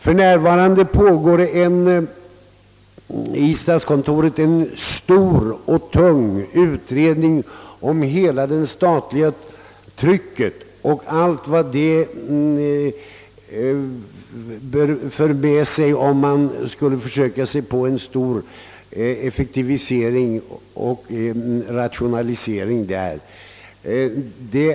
För närvarande pågår i statskontoret en stor och tung utredning om hela det statliga trycket och allt vad det för med sig om man försöker sig på en effektivisering och rationalisering därvidlag.